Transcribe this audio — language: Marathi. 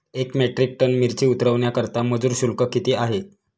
एक मेट्रिक टन मिरची उतरवण्याकरता मजूर शुल्क किती आहे?